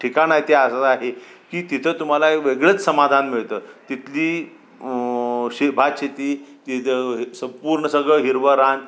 ठिकाणं आहे की असं आहे की तिथं तुम्हाला एक वेगळंच समाधान मिळतं तिथली शे भात शेती तिथं संपूर्ण सगळं हिरवं रान